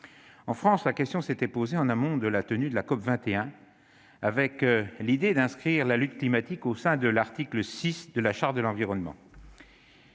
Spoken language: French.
En France, la question s'était posée en amont de la tenue de la COP21, avec l'idée d'inscrire la lutte climatique au sein de l'article 6 de la Charte de l'environnement.